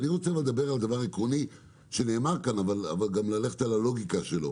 אני רוצה לדבר על דבר עקרוני שנאמר כאן אבל גם ללכת על הלוגיקה שלו.